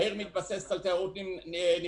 העיר מתבססת על תיירות נכנסת.